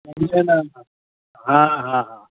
ہاں ہاں ہاں